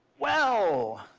well,